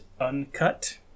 uncut